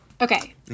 Okay